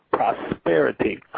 prosperity